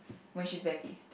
when she's very pissed